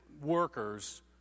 workers